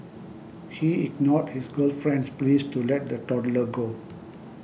he ignored his girlfriend's pleas to let the toddler go